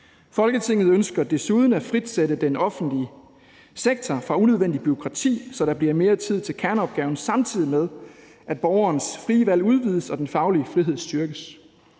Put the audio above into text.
Folketinget ønsker desuden at frisætte den offentlige sektor fra unødvendigt bureaukrati, så der bliver mere tid til kerneopgaven, samtidig med at borgerens frie valg udvides og den faglige frihed styrkes.